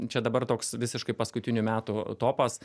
čia dabar toks visiškai paskutinių metų topas